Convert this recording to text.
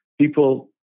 People